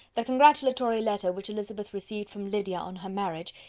the congratulatory letter which elizabeth received from lydia on her marriage,